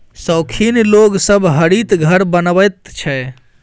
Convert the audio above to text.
शौखीन लोग सब हरित घर बनबैत छै